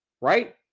right